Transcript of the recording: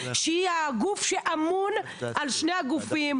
שהיא הגוף שאמון על שני הגופים,